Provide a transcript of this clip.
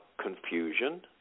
confusion